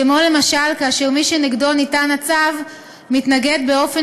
כמו למשל כאשר מי שנגדו ניתן הצו מתנהג באופן